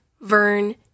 Vern